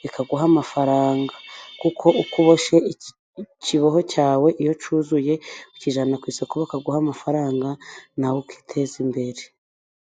bikaguha amafaranga, kuko uko uboshye ikiboho cyawe iyo cyuzuye ukijyana ku isoko bakaguha amafaranga nawe ukiteza imbere.